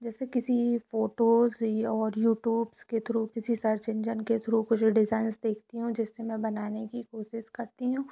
जैसे किसी फ़ोटो से और यूट्यूब्स के थ्रू किसी सर्च इंजन के थ्रू कुछ डिज़ाइंस देखती हूँ जिससे मैं बनाने की कोशिश करती हूँ